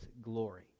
glory